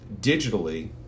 digitally